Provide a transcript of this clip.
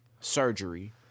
surgery